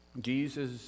Jesus